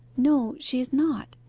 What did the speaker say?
no she is not.